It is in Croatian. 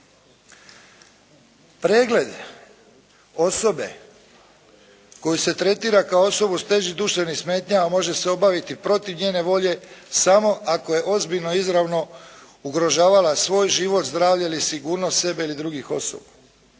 Pregled osobe koju se tretira kao osobu s težim duševnim smetnjama može se obaviti protiv njene volje samo ako je ozbiljno izravno ugrožavala svoj život, zdravlje ili sigurnost sebe ili drugih osoba.